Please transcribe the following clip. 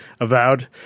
avowed